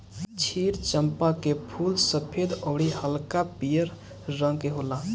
क्षीर चंपा के फूल सफ़ेद अउरी हल्का पियर रंग के होला